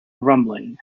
rumbling